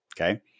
okay